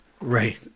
Right